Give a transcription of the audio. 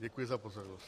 Děkuji za pozornost.